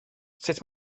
sut